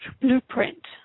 blueprint